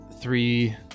three